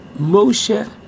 Moshe